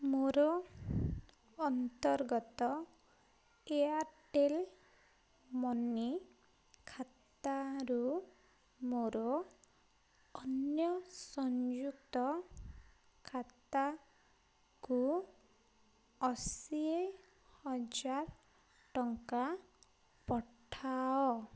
ମୋର ଅନ୍ତର୍ଗତ ଏୟାର୍ଟେଲ୍ ମନି ଖାତାରୁ ମୋର ଅନ୍ୟ ସଂଯୁକ୍ତ ଖାତାକୁ ଅଶୀ ହଜାର ଟଙ୍କା ପଠାଅ